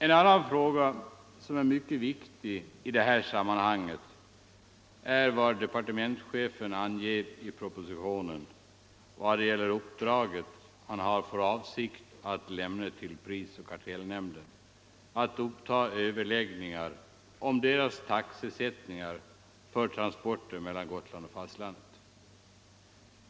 En annan fråga som är mycket viktig i detta sammanhang är vad departementschefen anger i propositionen om det uppdrag han har för avsikt att lämna till prisoch kartellnämnden att uppta överläggningar om taxesättningen för transporter mellan Gotland och fastlandet.